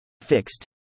fixed